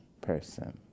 person